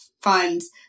funds